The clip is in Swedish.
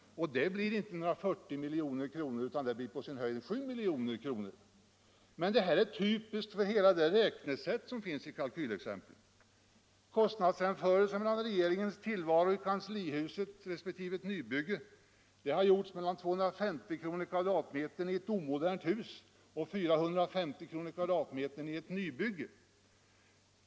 Det blir inte några 40 milj.kr. utan på sin höjd 7 milj.kr. Men detta är typiskt för hela det räknesätt som finns i kalkylexemplen. Kostnadsjämförelsen avseende regeringens tillvaro i kanslihuset resp. nybyggelse har gjorts mellan 250 kr. per m' i ett omodernt hus och 450 kr. per m' i ett nybygge.